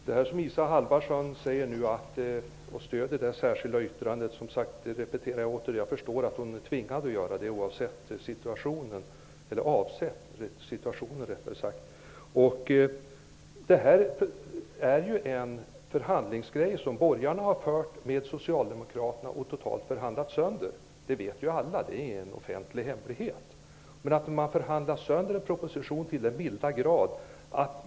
Herr talman! Jag repeterar att jag förstår att Isa Halvarsson är tvingad att tala som hon gör och stödja det särskilda yttrandet. Det är en förhandlingsuppgörelse med socialdemokraterna, där de totalt förhandlat sönder ärendet. Det vet ju alla -- det är en offentlig hemlighet. Man har förhandlat sönder propositionen till den milda grad.